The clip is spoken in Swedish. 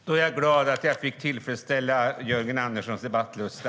Herr talman! Jag är glad att jag fick tillfredsställa Jörgen Anderssons debattlusta.